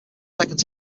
second